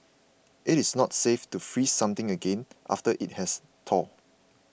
it is not safe to freeze something again after it has thawed